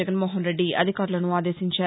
జగన్మోహన్రెడ్డి అధికారులను ఆదేశించారు